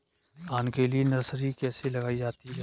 धान के लिए नर्सरी कैसे लगाई जाती है?